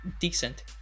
decent